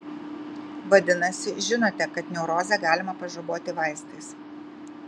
vadinasi žinote kad neurozę galima pažaboti vaistais